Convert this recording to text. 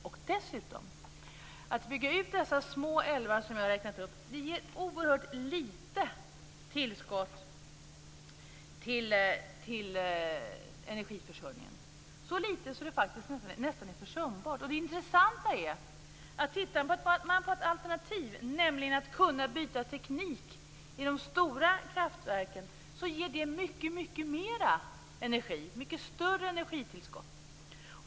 Och dessutom: Att bygga ut de små älvar som jag har räknat upp ger ett oerhört litet tillskott till energiförsörjningen, så litet att det faktiskt nästan är försumbart. Det intressanta är att om man tittar på ett alternativ, nämligen att byta teknik i de stora kraftverken, finner man att det ger ett mycket större energitillskott.